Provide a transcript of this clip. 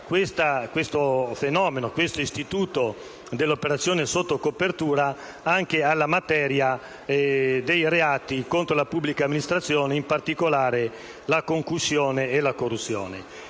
estendere questo istituto dell'operazione sotto copertura anche alla materia dei reati contro la pubblica amministrazione, in particolare della concussione e della corruzione.